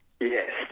Yes